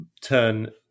turn